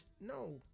No